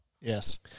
yes